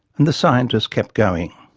and the scientists kept going.